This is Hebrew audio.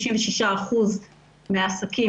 96% מהעסקים,